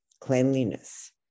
cleanliness